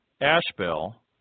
Ashbel